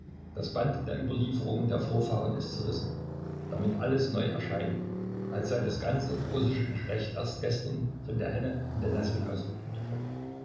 das band der überlieferungen der vorfahren ist zerrissen damit alles neu erscheine als sei das ganze russische geschlecht erst gestern von der henne in den nesseln ausgebrütet worden